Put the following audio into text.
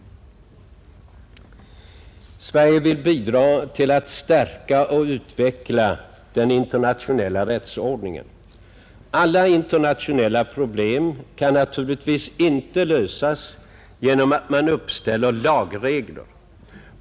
Sverige vill bidra till att stärka och utveckla den internationella rättsordningen. Alla internationella problem kan naturligtvis inte lösas genom att man uppställer lagregler.